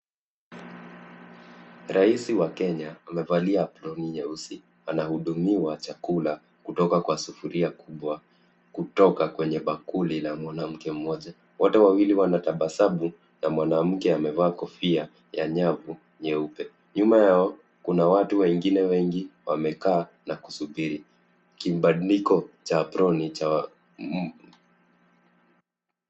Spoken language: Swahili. Rais wa Kenya amevalia proni nyeusi, anahudumiwa chakula kutoka kwa sufuria kubwa kutoka kwenye bakuli la mwanamke mmoja. Wote wawili wanatabasamu na mwanamke amevaa kofia ya nyavu nyeupe. Nyuma yao kuna watu wengine wengi wamekaa na kusubiri. Kibandiko cha aproni cha